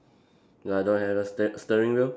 ya I don't have the steer~ steering wheel